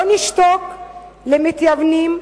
לא נשתוק למתייוונים,